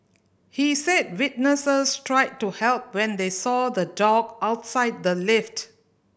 he said witnesses tried to help when they saw the dog outside the lift